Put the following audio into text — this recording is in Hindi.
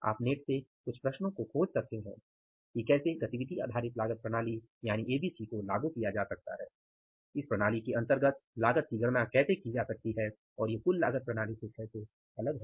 आप नेट में कुछ प्रश्नों को खोज सकते हैं कि कैसे एबीसी गतिविधि आधारित प्रणाली को लागू किया जा सकता है इस प्रणाली के तहत लागत की गणना कैसे की जा सकती है और वे कुल लागत प्रणाली से कैसे अलग हैं